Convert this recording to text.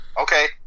okay